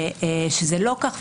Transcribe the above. שזה לא כך,